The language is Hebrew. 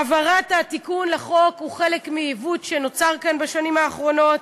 העברת התיקון לחוק היא בגלל חלק מעיוות שנוצר כאן בשנים האחרונות.